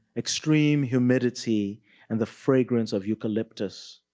extreme humidity and the fragrance of eucalyptus.